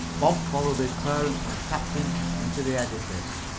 bob followed his parents and the captain into the edifice.